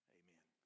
amen